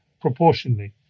proportionally